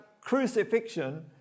crucifixion